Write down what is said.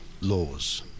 laws